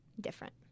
different